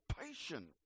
patient